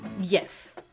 Yes